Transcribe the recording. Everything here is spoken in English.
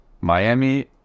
Miami